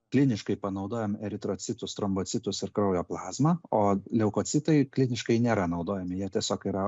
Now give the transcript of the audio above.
kliniškai panaudojam eritrocitus trombocitus ir kraujo plazmą o leukocitai kliniškai nėra naudojami jie tiesiog yra